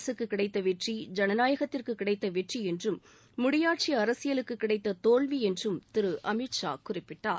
அரசுக்கு கிடைத்த வெற்றி ஜனநாயகத்திற்கு கிடைத்த வெற்றி என்றும் முடியாட்சி அரசியலுக்கு கிடைத்த தோல்வி என்றும் திரு அமித் ஷா குறிப்பிட்டார்